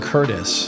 Curtis